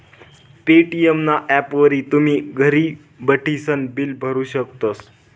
Paytm ना ॲपवरी तुमी घर बठीसन बिल भरू शकतस